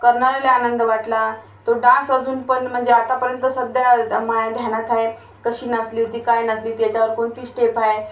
करणाऱ्याला आनंद वाटला तो डान्स अजून पण म्हणजे आतापर्यंत सध्या माझ्या ध्यानात आहे कशी नाचली होती काय नाचली होती याच्यावर कोणती स्टेप आहे